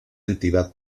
entidad